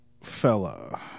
fella